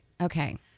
Okay